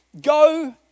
go